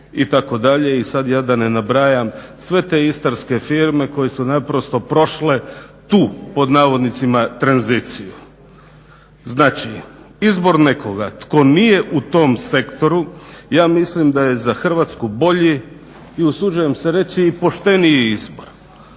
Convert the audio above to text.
i sad da ja ne nabrajam sve te istarske firme koje su naprosto prošle tu "tranziciju". Znači izbor nekoga tko nije u tom sektoru, ja mislim da je Hrvatsku bolji i usuđujem se reći i pošteniji izbor.